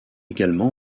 également